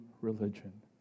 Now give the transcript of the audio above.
religion